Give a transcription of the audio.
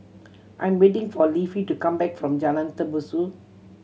I am waiting for Leafy to come back from Jalan Tembusu